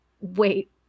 wait